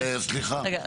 רגע,